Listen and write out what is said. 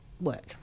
work